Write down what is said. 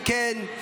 אם כן,